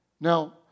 Now